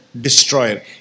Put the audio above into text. destroyer